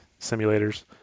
simulators